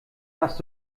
hast